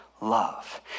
love